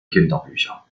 kinderbücher